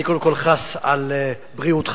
אני קודם כול חס על בריאותך,